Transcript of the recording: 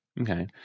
Okay